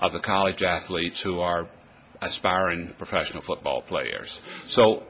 of the college athletes who are aspiring professional football players